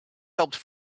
helped